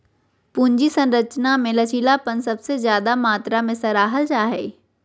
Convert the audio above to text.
पूंजी संरचना मे लचीलापन सबसे ज्यादे मात्रा मे सराहल जा हाई